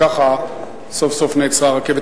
וככה סוף-סוף נעצרה הרכבת.